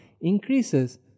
increases